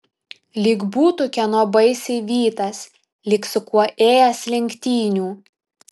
lyg būtų kieno baisiai vytas lyg su kuo ėjęs lenktynių